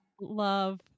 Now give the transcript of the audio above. Love